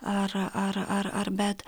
ar ar ar ar bet